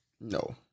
No